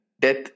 death